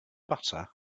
butter